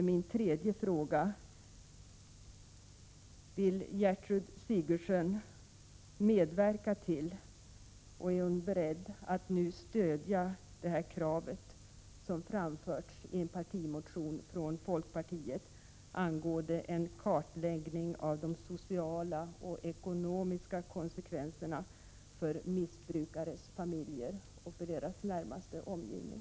Min tredje fråga till Gertrud Sigurdsen blir därför om hon nu är beredd att stödja kravet som framförs i en partimotion från folkpartiet angående en kartläggning av de sociala och ekonomiska konsekvenserna för missbrukares familjer och deras närmaste omgivning.